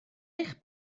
eich